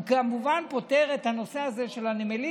הוא כמובן פותר את הנושא הזה של הנמלים.